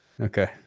okay